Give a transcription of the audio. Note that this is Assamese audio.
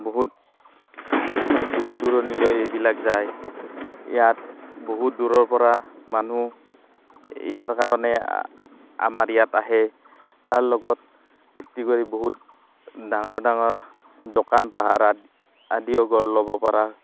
বহুত দূৰ দূৰণিলৈ এইবিলাক যায় ইয়াত বহুত দূৰৰ পৰা মানুহ ইয়াৰ কাৰণে আমাৰ ইয়াত আহে তাৰ লগত ভিত্তি কৰি বহুত ডাঙৰ ডাঙৰ দোকান পোহাৰ আ আদিও গঢ় ল'ব পৰা